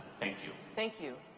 thank you. thank you.